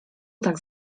tak